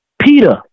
Peter